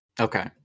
Okay